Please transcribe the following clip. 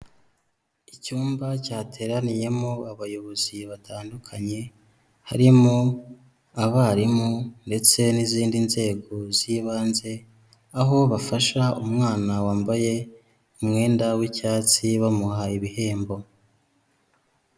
Icyumba cyateraniyemo abayobozi batandukanye, harimo abarimu ndetse n'izindi nzego z'ibanze, aho bafasha umwana wambaye umwenda w'icyatsi bamuhaye ibihembo.